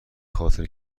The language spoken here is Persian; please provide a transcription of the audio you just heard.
خاطر